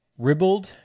Ribbled